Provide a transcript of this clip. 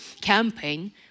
campaign